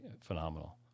phenomenal